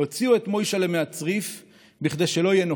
הוציאו את מוישל'ה מהצריף כדי שלא יהיה נוכח.